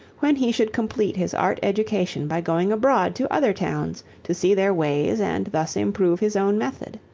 when he should complete his art education by going abroad to other towns to see their ways and thus improve his own method.